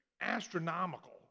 astronomical